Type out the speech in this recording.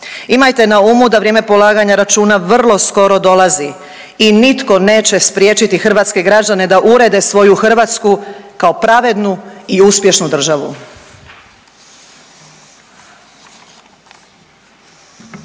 Imajte na umu da vrijeme polaganja računa vrlo skoro dolazi i nitko neće spriječiti hrvatske građane da urede svoju Hrvatsku kao pravednu i uspješnu državu.